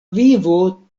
vivo